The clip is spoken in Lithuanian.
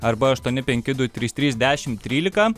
arba aštuoni penki du trys trys dešimt trylika